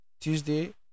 tuesday